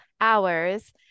hours